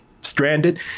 stranded